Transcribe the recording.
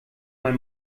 mal